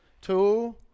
two